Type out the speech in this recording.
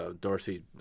Dorsey